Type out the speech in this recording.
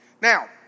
Now